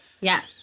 Yes